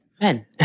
men